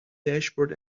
dashboard